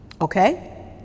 Okay